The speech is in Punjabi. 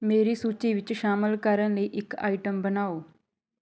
ਮੇਰੀ ਸੂਚੀ ਵਿੱਚ ਸ਼ਾਮਲ ਕਰਨ ਲਈ ਇੱਕ ਆਈਟਮ ਬਣਾਓ